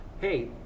hey